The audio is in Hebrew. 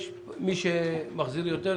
יש מי שמחזיר יותר,